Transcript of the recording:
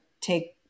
take